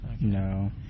No